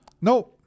No